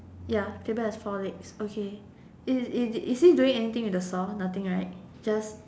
ya table has four legs okay is is is he doing anything with the saw nothing right just